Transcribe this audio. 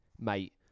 mate